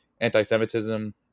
anti-Semitism